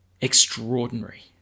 extraordinary